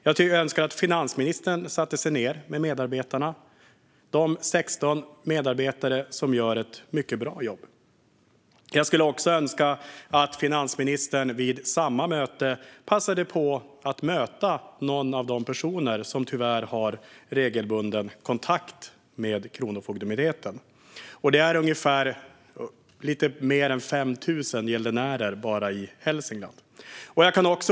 Jag önskar att finansministern satte sig ned med de 16 medarbetarna, som gör ett mycket bra jobb. Jag skulle också önska att finansministern vid samma tillfälle passade på att möta någon av de personer som tyvärr har regelbunden kontakt med Kronofogdemyndigheten. Det handlar om lite fler än 5 000 gäldenärer bara i Hälsingland.